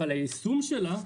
אבל היישום שלה,